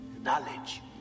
knowledge